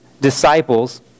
disciples